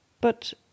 But